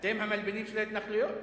אתם המלבינים של ההתנחלויות.